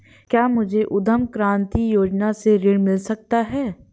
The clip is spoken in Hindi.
क्या मुझे उद्यम क्रांति योजना से ऋण मिल सकता है?